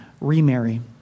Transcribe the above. remarry